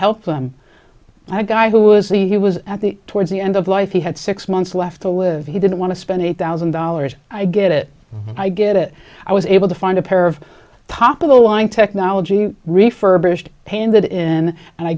help them i guy who was the he was at the towards the end of life he had six months left to live he didn't want to spend eight thousand dollars i get it i get it i was able to find a pair of top of the line technology refurbished paying that in and i